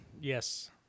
Yes